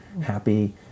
happy